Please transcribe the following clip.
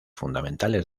fundamentales